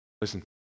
Listen